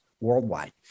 worldwide